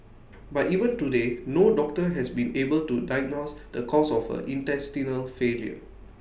but even today no doctor has been able to diagnose the cause of her intestinal failure